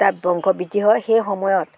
তাত বংশ বৃদ্ধি হয় সেই সময়ত